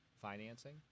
financing